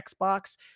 Xbox